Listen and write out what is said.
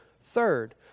third